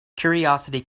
curiosity